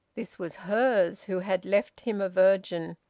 this was hers, who had left him a virgin.